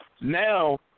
Now